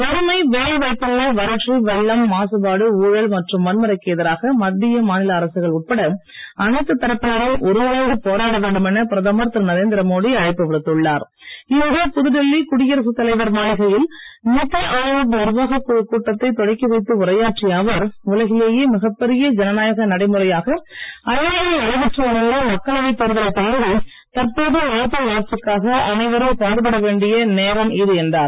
வறுமை வேலை வாய்ப்பின்மை வறட்சி வெள்ளம் மாசுபாடு ஊழல் மற்றும் வன்முறைக்கு எதிராக மத்திய மாநில அரசுகள் உட்பட அனைத்து தரப்பினரும் ஒருங்கிணைந்து போராட வேண்டும் என பிரதமர் திரு நரேந்திரமோடி அழைப்பு விடுத்துள்ளார் இன்று புதுடில்லி குடியரசுத் தலைவர் மாளிகையில் நிதி ஆயோக் நிர்வாகக் குழுக் கூட்டத்தை தொடக்கி வைத்து உரையாற்றிய அவர் உலகிலேயே மிகப் பெரிய ஜனநாயக நடைமுறையாக அண்மையில் நடைபெற்று முடிந்த மக்களவை தேர்தலைத் தொடர்ந்து தற்போது நாட்டின் வளர்ச்சிக்காக அனைவரும் பாடுபட வேண்டிய நேரம் இது என்றார்